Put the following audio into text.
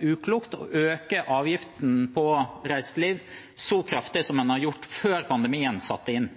uklokt å øke avgiften på reiseliv så kraftig som en gjorde før pandemien satte inn.